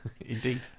indeed